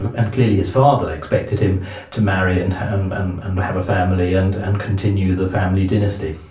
ah and clearly his father expected him to marry and um and and have a family and and continue the family dynasty.